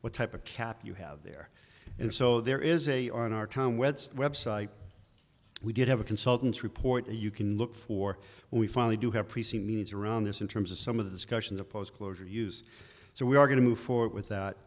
what type of cap you have there and so there is a on our time weds website we did have a consultants report you can look for when we finally do have precinct needs around this in terms of some of the discussion the post closure use so we are going to move forward with that